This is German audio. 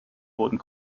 wurden